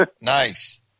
Nice